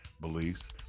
beliefs